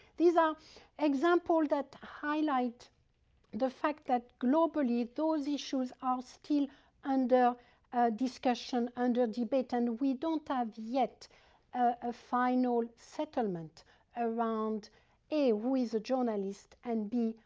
these are examples that highlight the fact that globally, those issues are still under discussion, under debate and we don't have yet a final settlement around a, who is a journalist, and b,